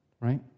Right